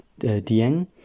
Dieng